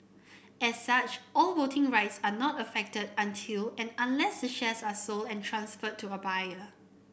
as such all voting rights are not affected until and unless the shares are sold and transferred to a buyer